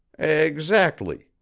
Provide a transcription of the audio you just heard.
exactly,